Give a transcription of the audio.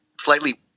slightly